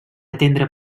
atendre